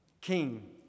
King